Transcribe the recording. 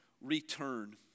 return